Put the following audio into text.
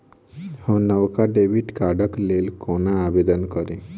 हम नवका डेबिट कार्डक लेल कोना आवेदन करी?